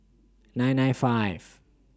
nine nine five